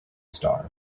star